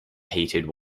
heated